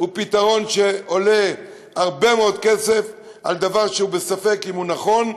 הוא פתרון שעולה הרבה מאוד כסף על דבר שספק אם הוא נכון,